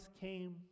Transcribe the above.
came